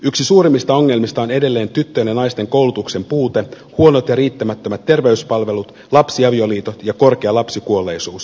yksi suurimmista ongelmista on edelleen tyttöjen ja naisten koulutuksen puute huonot ja riittämättömät terveyspalvelut lapsiavioliitot ja korkea lapsikuolleisuus